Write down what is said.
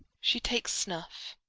she takes snuff.